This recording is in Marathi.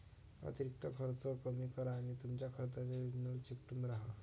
अतिरिक्त खर्च कमी करा आणि तुमच्या खर्चाच्या योजनेला चिकटून राहा